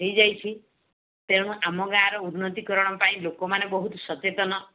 ହେଇଯାଇଛି ତେଣୁ ଆମ ଗାଁର ଉନ୍ନତିକରଣ ପାଇଁ ଲୋକମାନେ ବହୁତ ସଚେତନ